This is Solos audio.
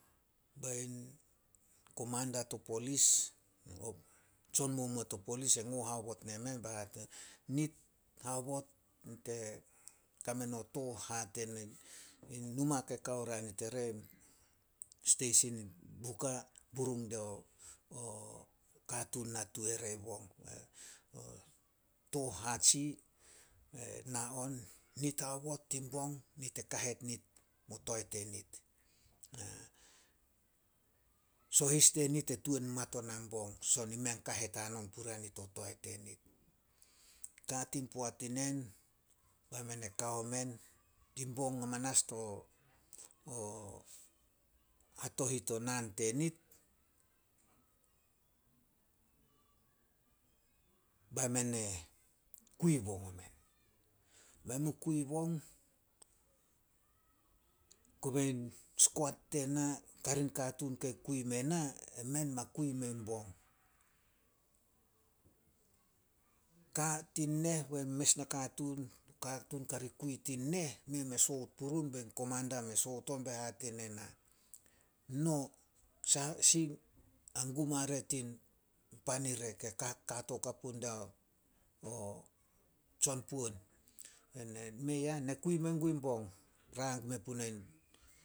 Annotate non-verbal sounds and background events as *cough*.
Bain komanda to polis, tsonmumuo to polis ngo haobot nemen, ba hate nemen, nit haobot *unintelligible* kame no tooh hate ne, in numa ke kao ria nit ire, steisin Buka, burung dio *hesitation* katuun natu ere bong. Tooh hatsih e na on, nit haobot tin bong nit e kahet nit o toae tenit. *unintelligible* Sohis tenit e tuan mat ona bong, son enit i mei a tuan kahet hanon puria nit o toae tenit. Ka tin poat inen bai men e kao men. Tin bong hamanas to, o hatohit o naan tenit *unintelligible* bai men e kui bong omen. Men mu kui bong, kobain skoat tena, karin katuun kei kui me i na, emen ma kui men bong. Ka tin neh, bei mes nakatuun, katuun kari kui tin neh, mei me soot purun bei komanda me soot on be hate nena, "No, *unintelligible* si a gum are tin pan ire ke ka- kato kapu diao, o tsonpuan." *unintelligible* "Mei ah, ne kui mengun bong." Rang men puna in